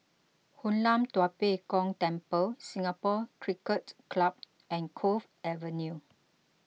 Hoon Lam Tua Pek Kong Temple Singapore Cricket Club and Cove Avenue